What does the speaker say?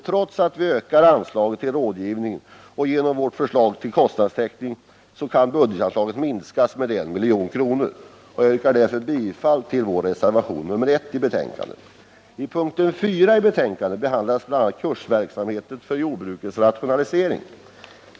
Trots att vi ökar anslaget till rådgivningen kan, genom vårt förslag till kostnadstäckning, budgetanslaget minskas med 1 milj.kr. Jag yrkar därför bifall till reservationen 1 vid betänkandet. Under punkten 4 i betänkandet behandlas bl.a. kursverksamheten för jordbrukets rationalisering.